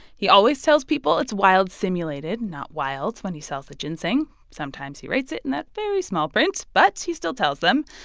he always tells people it's wild-simulated, not wild, when he sells the ginseng. sometimes he writes it in that very small print, but he still tells them.